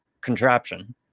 contraption